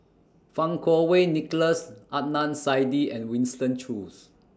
Fang Kuo Wei Nicholas Adnan Saidi and Winston Choos